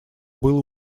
было